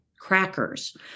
crackers